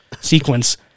sequence